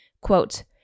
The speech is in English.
Quote